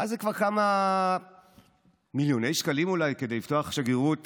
מה זה כבר כמה מיליוני שקלים אולי כדי לפתוח שגרירות